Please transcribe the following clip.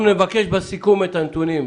אנחנו נבקש בסיכום את הנתונים.